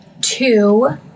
two